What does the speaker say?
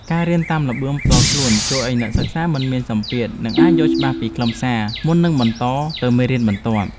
ការរៀនតាមល្បឿនផ្ទាល់ខ្លួនជួយឱ្យអ្នកសិក្សាមិនមានសម្ពាធ និងអាចយល់ច្បាស់ពីខ្លឹមសារមុននឹងបន្តទៅមេរៀនបន្ទាប់។